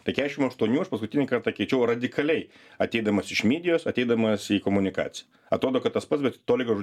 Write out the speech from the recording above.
tai keturiasdešim aštuonių aš paskutinį kartą keičiau radikaliai ateidamas iš midijos ateidamas į komunikaciją atrodo kad tas pats bet toli gražu